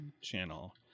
channel